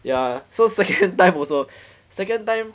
ya so second time also second time